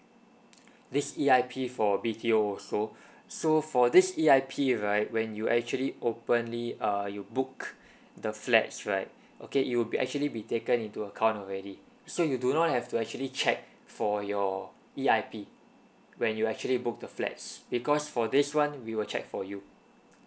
this E_I_P for B_T_O also so for this E_I_P right when you actually openly err you book the flats right okay it will be actually be taken into account already so you do not have to actually check for your E_I_P when you actually book the flats because for this one we will check for you